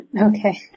Okay